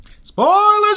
Spoilers